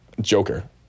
Joker